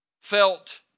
felt